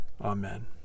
Amen